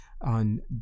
on